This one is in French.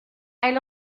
elle